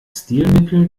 stilmittel